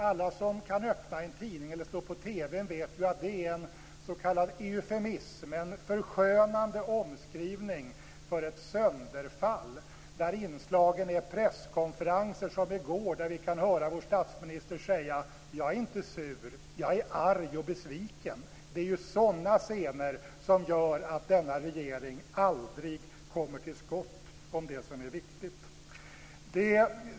Alla som kan öppna en tidning eller slå på TV:n vet att uttrycket demokratisk process är en s.k. eufemism, en förskönande omskrivning för ett sönderfall. Inslagen där är presskonferenser, som den i går där vi kunde höra vår statsminister säga: Jag är inte sur. Jag är arg och besviken. Det är sådana scener som gör att regeringen aldrig kommer till skott med det som är viktigt.